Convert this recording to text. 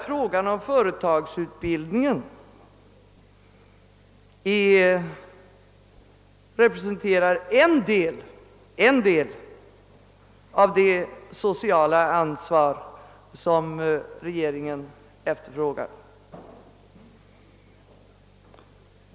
Frågan om företagsutbildningen representerar en del av det sociala ansvar som regeringen efterfrågar.